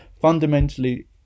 Fundamentally